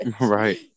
Right